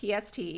PST